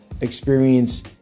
experience